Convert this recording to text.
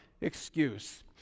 excuse